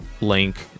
link